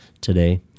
today